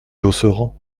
josserand